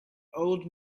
old